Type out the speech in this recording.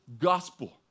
gospel